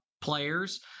players